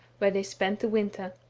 where they spent the winter.